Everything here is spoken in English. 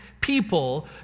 people